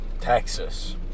Texas